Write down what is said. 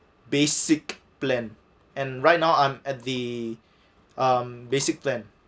basic plan and right now I'm at the um basic plan